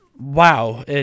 wow